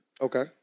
Okay